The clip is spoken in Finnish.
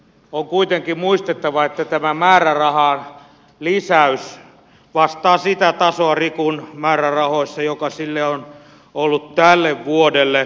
on kuitenkin muistettava että tämä määrärahan lisäys vastaa sitä tasoa rikun määrärahoissa joka sille on ollut tälle vuodelle